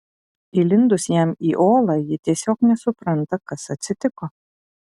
įlindus jam į olą ji tiesiog nesupranta kas atsitiko